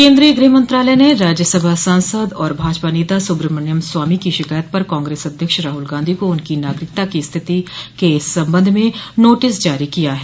केन्द्रीय गृह मंत्रालय ने राज्यसभा सांसद और भाजपा नेता सुब्रमण्यम स्वामी की शिकायत पर कांग्रेस अध्यक्ष राहुल गांधी को उनकी नागरिकता की स्थिति के संबंध में नोटिस जारी किया है